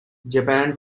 japan